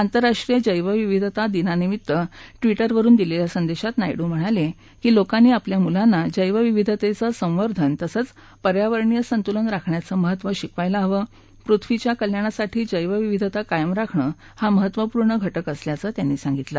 आंतरराष्ट्रीय जैवविविधता दिनानिमित्त ट्विटरवरून दिलेल्या संदेशात नायडू म्हणाले की लोकांनी आपल्या मुलांना जैवविविधतेचं संवर्धन तसंच पर्यावरणीय संतुलन राखण्याचं महत्त्व शिकवायला हवं पृथ्वीच्या कल्याणासाठी जैवविविधता कायम राखणं हा महत्त्वपूर्ण घटक असल्याचं त्यांनी सांगितलं